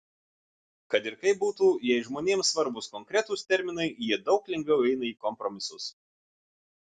kad ir kaip būtų jei žmonėms svarbūs konkretūs terminai jie daug lengviau eina į kompromisus